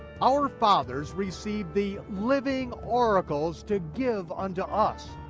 our fathers received the living oracles to give unto us.